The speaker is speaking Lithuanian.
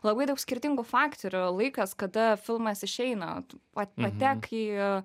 labai daug skirtingų faktorių laikas kada filmas išeina vat patek į